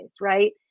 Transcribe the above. right